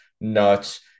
nuts